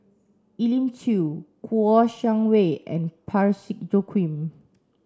Elim Chew Kouo Shang Wei and Parsick Joaquim